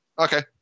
Okay